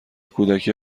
کودکی